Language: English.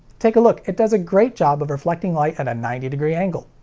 take a look, it does a great job of reflecting light at a ninety degree angle.